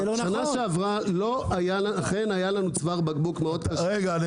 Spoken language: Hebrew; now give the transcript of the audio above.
בשנה שעברה אכן היה לנו צוואר בקבוק מאוד --- רגע,